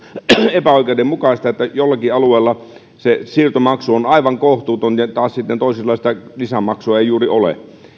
epäoikeudenmukaista että jollakin alueella se siirtomaksu on aivan kohtuuton ja sitten taas toisilla sitä lisämaksua ei juuri ole